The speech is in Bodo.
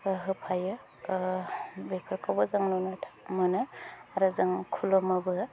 होफायो बेफोरखौबो जों नुनो मोनो आरो जों खुलुमोबो